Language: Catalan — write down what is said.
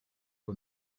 que